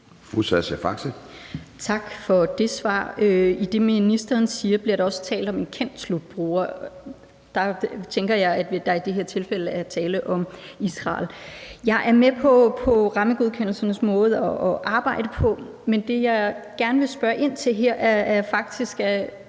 Faxe (ALT): Tak for det svar. I det, ministeren siger, bliver der også talt om en kendt slutbruger. Der tænker jeg, at der i det her tilfælde er tale om Israel. Jeg er med på rammegodkendelsernes måde at fungere på. Men det, jeg gerne vil spørge ind til her, er faktisk